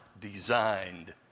designed